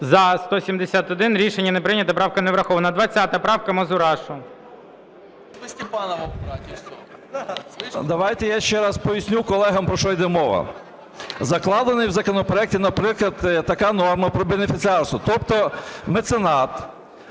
За-171 Рішення не прийнято. Правка не врахована. 20 правка, Мазурашу. 13:55:11 МАЗУРАШУ Г.Г. Давайте я ще раз поясню колегам, про що йде мова. Закладена в законопроекті, наприклад, така норма про бенефіціарство, тобто меценат